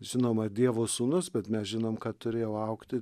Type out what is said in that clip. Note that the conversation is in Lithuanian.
žinoma dievo sūnus bet mes žinom kad turėjo augti